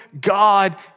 God